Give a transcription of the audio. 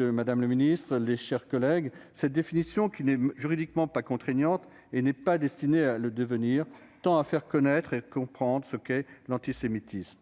Madame la ministre, mes chers collègues, cette définition, qui n'est juridiquement pas contraignante et n'est pas destinée à le devenir, tend à faire connaître et comprendre ce qu'est l'antisémitisme,